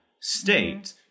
state